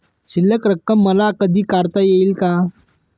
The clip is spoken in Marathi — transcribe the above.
शिल्लक रक्कम मला कधी काढता येईल का?